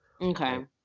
Okay